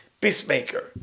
peacemaker